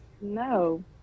No